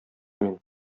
мин